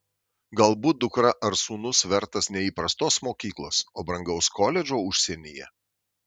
galbūt dukra ar sūnus vertas ne įprastos mokyklos o brangaus koledžo užsienyje